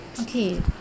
Okay